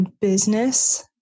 business